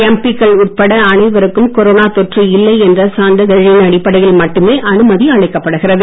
எம்பிக்கள் உட்பட அனைவருக்கும் கொரோனா தொற்று இல்லை என்ற சான்றிதழின் அடிப்படையில் மட்டுமே அனுமதி அளிக்கப்படுகிறது